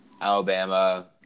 Alabama